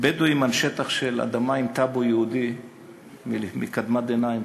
בדואים על שטח של אדמה עם טאבו יהודי מקדמת דנא,